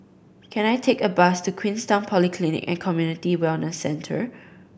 can I take a bus to Queenstown Polyclinic And Community Wellness Center